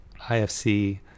IFC